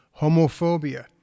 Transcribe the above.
homophobia